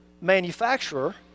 manufacturer